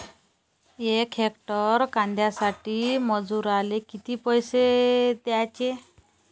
यक हेक्टर कांद्यासाठी मजूराले किती पैसे द्याचे?